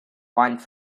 wine